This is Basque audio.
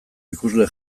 ikusle